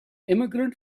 immigrant